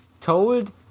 told